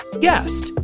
guest